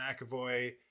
McAvoy